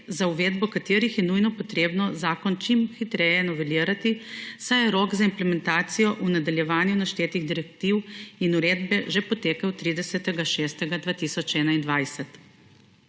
za uvedbo katerih je nujno potrebno zakon čim hitreje novelirati, saj je rok za implementacijo v nadaljevanju naštetih direktiv in uredbe že potekel 30. 6. 2021.